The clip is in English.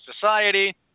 society